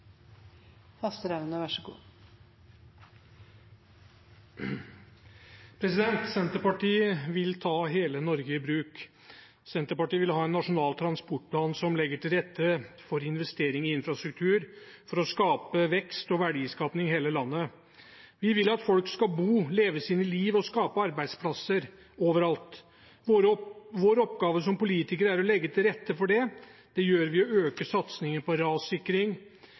vil ta hele Norge i bruk. Senterpartiet vil ha en nasjonal transportplan som legger til rette for investering i infrastruktur, for å skape vekst og verdiskaping i hele landet. Vi vil at folk skal bo, leve sitt liv og skape arbeidsplasser overalt. Vår oppgave som politikere er å legge til rette for det. Det gjør vi ved å øke satsingen på rassikring